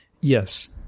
Yes